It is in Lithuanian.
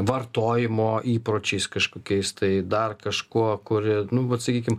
vartojimo įpročiais kažkokiais tai dar kažkuo kuri nu vat sakykim